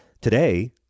Today